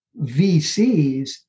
VCs